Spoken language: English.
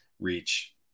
reach